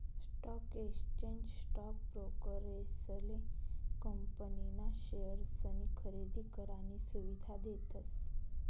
stock exchange stock ब्रोकरेसले company ना शेअर्सनी खरेदी करानी सुविधा देतस